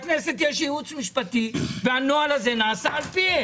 לכנסת יש ייעוץ משפטי והנוהל האמור הוא על דעתם.